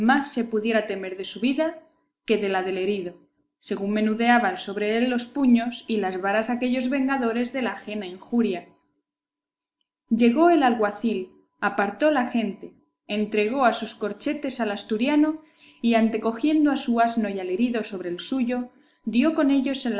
se pudiera temer de su vida que de la del herido según menudeaban sobre él los puños y las varas aquellos vengadores de la ajena injuria llegó el alguacil apartó la gente entregó a sus corchetes al asturiano y antecogiendo a su asno y al herido sobre el suyo dio con ellos